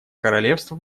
королевство